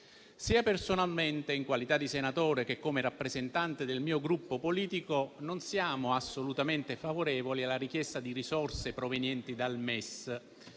Sia personalmente, in qualità di senatore, che come rappresentante del mio Gruppo politico, non sono assolutamente favorevole alla richiesta di risorse provenienti dal MES.